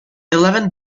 eleven